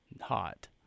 hot